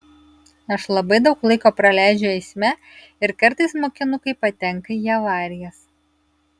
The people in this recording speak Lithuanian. aš labai daug laiko praleidžiu eisme ir kartais mokinukai patenka į avarijas